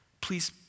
please